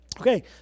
Okay